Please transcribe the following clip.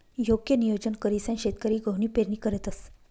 योग्य नियोजन करीसन शेतकरी गहूनी पेरणी करतंस